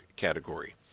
category